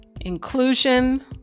inclusion